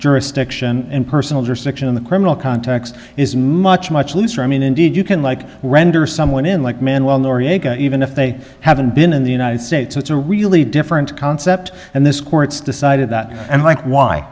jurisdiction and personal jurisdiction in the criminal context is much much looser i mean indeed you can like render someone in like man while noriega even if they haven't been in the united states it's a really different concept and this court's decided that and like why